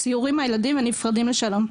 ציורים מהילדים ונפרדים לשלום.